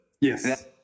Yes